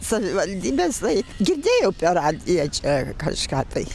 savivaldybės tai girdėjau per radiją čia kažką tai